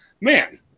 Man